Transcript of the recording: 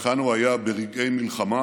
היכן הוא היה ברגעי מלחמה,